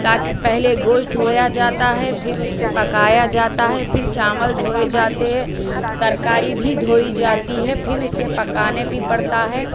تاکہ پہلے گوشت دھویا جاتا ہے پھر اس پہ پکایا جاتا ہے پھر چاول دھوئے جاتے ہیں ترکاری بھی دھوئی جاتی ہے پھر اسے پکانے بھی پڑتا ہے